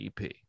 EP